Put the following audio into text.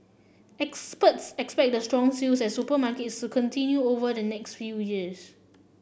experts expect the strong sales at supermarkets to continue over the next few years